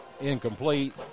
Incomplete